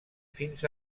fins